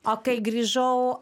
o kai grįžau